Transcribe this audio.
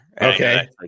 Okay